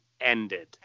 ended